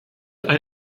ein